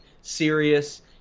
serious